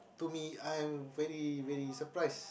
to me I very very surprised